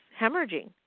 hemorrhaging